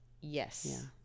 yes